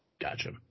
Gotcha